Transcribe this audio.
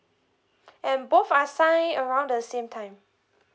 and both are signed around the same time